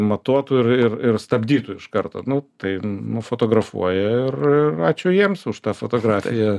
matuotų ir ir stabdytų iš karto nu tai nufotografuoja ir ir ačiū jiems už tą fotografiją